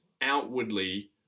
outwardly